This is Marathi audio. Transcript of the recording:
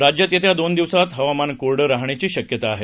राज्यात येत्या दोन दिवसात हवामान कोरडं राहण्याची शक्यता आहे